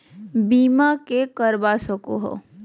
बीमा के करवा सको है?